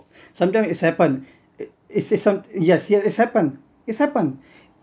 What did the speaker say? sometimes its happened it is some yes its happened its happened